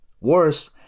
Worse